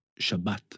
Shabbat